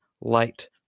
light